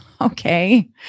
Okay